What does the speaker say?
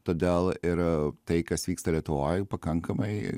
todėl ir tai kas vyksta lietuvoj pakankamai